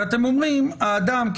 כי אתם אומרים שהאדם,